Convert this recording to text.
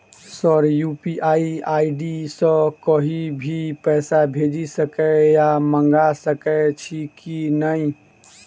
Sir UPI ID सँ कहि भी पैसा भेजि सकै या मंगा सकै छी की न ई?